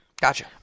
Gotcha